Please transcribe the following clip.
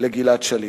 לגלעד שליט.